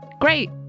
great